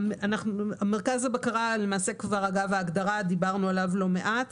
מרכז הבקרה דיברנו עליו לא מעט.